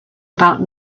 about